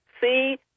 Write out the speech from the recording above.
see